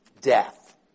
death